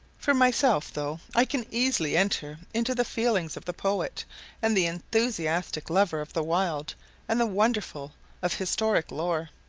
for myself, though i can easily enter into the feelings of the poet and the enthusiastic lover of the wild and the wonderful of historic lore,